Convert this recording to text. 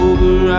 Over